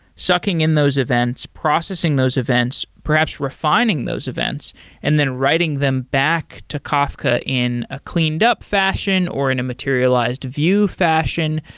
sucking in those events, processing those events, perhaps refining those events and then writing them back to kafka in a cleaned up fashion or in a materialized view fashion.